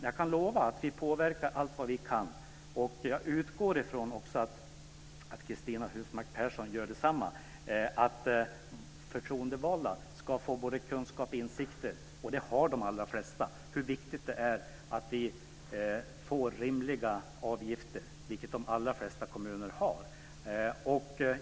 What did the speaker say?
Jag kan lova att vi påverkar allt vad vi kan - och jag utgår från att Cristina Husmark Pehrsson gör detsamma - för att de förtroendevalda ska få kunskap om och insikt i hur viktigt det är med rimliga avgifter, något som de allra flesta kommuner också har.